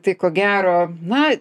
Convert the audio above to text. tai ko gero na